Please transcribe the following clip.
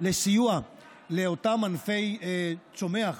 לסיוע לאותם ענפי צומח,